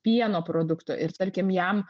pieno produktų ir tarkim jam